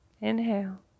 Inhale